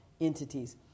entities